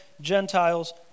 Gentiles